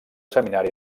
seminari